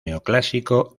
neoclásico